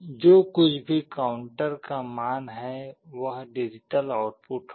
जो कुछ भी काउंटर का मान है वह डिजिटल आउटपुट होगा